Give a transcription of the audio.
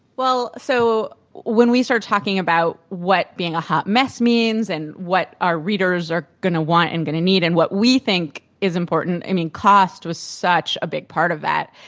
well, so when we started talking about what being a hot mess means, and what our readers are going to want, and going to need, and what we think is important, i mean, cost was such a big part of that,